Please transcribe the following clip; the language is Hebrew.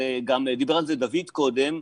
דיבר על זה דוד קודם,